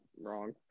Wrong